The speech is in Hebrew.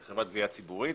ציבורית,